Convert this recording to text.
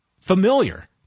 familiar